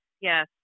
yes